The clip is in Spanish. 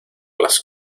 las